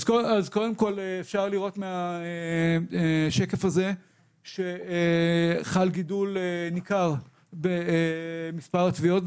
אפשר לראות מהשקף הזה שחל גידול ניכר במספר התביעות,